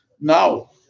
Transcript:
Now